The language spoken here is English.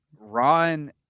Ron